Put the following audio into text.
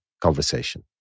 conversation